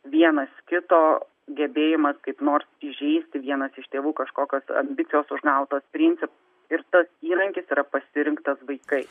vienas kito gebėjimas kaip nors įžeisti vienas iš tėvų kažkokios ambicijos užgautos principai ir tas įrankis yra pasirinktas vaikai